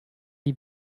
die